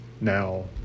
now